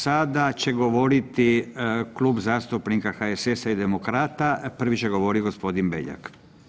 Sada će govoriti Klub zastupnika HSS-a i Demokrata, prvi će govoriti gospodin Beljak.